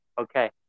Okay